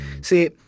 see